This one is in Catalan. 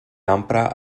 ampra